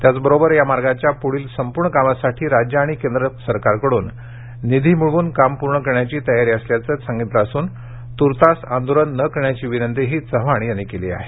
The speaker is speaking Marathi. त्याच बरोबर या मार्गाच्या पुढील संपूर्ण कामासाठी राज्य आणि केंद्र सरकारकडून निधी मिळवून काम पूर्ण करण्याची तयारी असल्याचं सांगितलं असून तूर्तास आंदोलन न करण्याची विनंतीही चव्हाण यांनी केली आहे